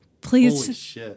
please